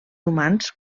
humans